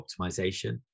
optimization